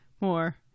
more